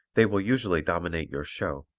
they will usually dominate your show.